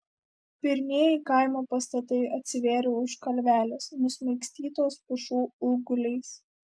pirmieji kaimo pastatai atsivėrė už kalvelės nusmaigstytos pušų ūgliais